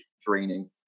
draining